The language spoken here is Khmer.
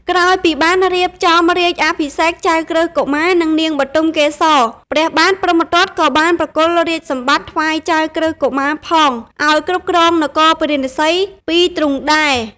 ក្រោយពីបានរៀបចំរាជអភិសេកចៅក្រឹស្នកុមារ និងនាងបុទមកេសរ ព្រះបាទព្រហ្មទត្តក៏បានប្រគល់រាជសម្បត្តិថ្វាយចៅក្រឹស្នកុមារផង ឱ្យគ្រប់គ្រងនគរពារាណសីពីទ្រង់ដែរ។